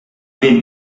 been